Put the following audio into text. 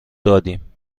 دادیم